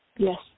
Yes